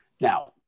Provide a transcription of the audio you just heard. Now